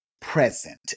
present